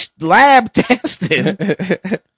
lab-tested